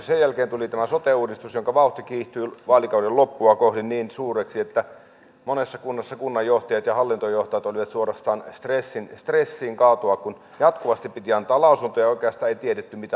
sen jälkeen tuli tämä sote uudistus jonka vauhti kiihtyi vaalikauden loppua kohden niin suureksi että monessa kunnassa kunnanjohtajat ja hallintojohtajat olivat suorastaan stressiin kaatua kun jatkuvasti piti antaa lausuntoja ja oikeastaan ei tiedetty mitä tapahtuu